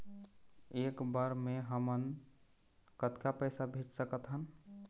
एक बर मे हमन कतका पैसा भेज सकत हन?